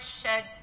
shed